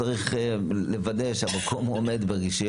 שזה לא הצלת חיים צריך לוודא שהמקום עומד ברישיון,